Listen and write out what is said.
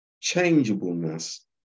changeableness